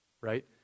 right